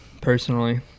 personally